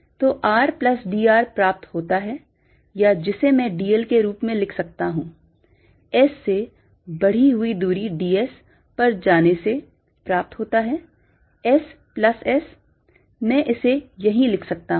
तो r plus dr प्राप्त होता है या जिसे मैं dl के रूप में लिख सकता हूँ S से बढ़ी हुई दूरी ds पर जाने से प्राप्त होता है S plus S मैं इसे यहीं लिख सकता हूँ